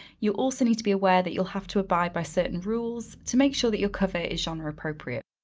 you'll also need to be aware that you'll have to abide by certain rules to make sure that your cover is genre appropriate.